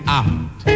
out